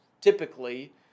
typically